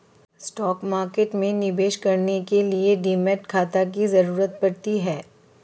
stock market में निवेश करने के लिए डीमैट खाता की जरुरत पड़ती है